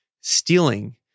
stealing